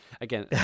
again